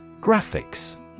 Graphics